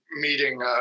meeting